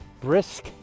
brisk